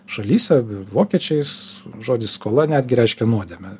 šalyse vokiečiais žodis skola netgi reiškia nuodėmę